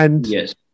Yes